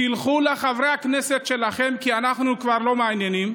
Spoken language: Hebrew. תלכו לחברי הכנסת שלכם, כי אנחנו כבר לא מעניינים,